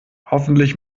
hoffentlich